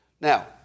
Now